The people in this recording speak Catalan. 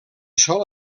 sol